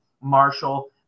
Marshall